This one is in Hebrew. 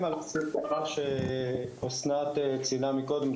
אין לי מה להוסיף מעבר לכך שאסנת ציינה מקודם,